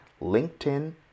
LinkedIn